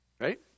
right